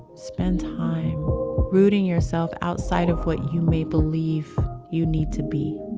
spend time rooting yourself outside of what you may believe you need to be.